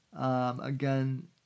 Again